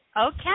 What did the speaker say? Okay